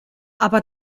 aber